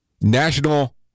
National